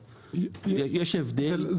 האם יש הבדל ביניהן?